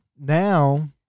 now